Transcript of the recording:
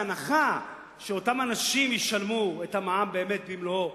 בהנחה שאותם אנשים ישלמו את המע"מ באמת במלואו,